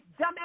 dumbass